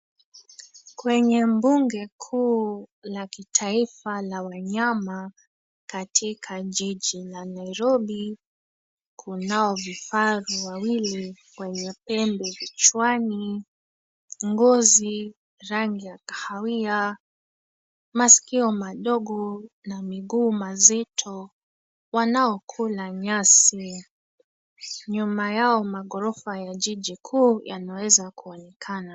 Kwenye mbuga kuu la kitaifa la wanyama katika jiji la Nairobi, kunao vifaru wawili wenye pembe kichwani, ngozi ya rangi ya kahawia, masikio madogo na miguu mazito wanaokula nyasi. Nyuma yao magorofa ya jiji kuu yanaweza kuonekana.